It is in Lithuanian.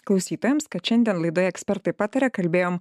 klausytojams kad šiandien laidoje ekspertai pataria kalbėjom